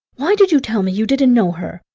why did you tell me you didn't know her?